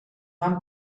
van